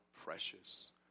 precious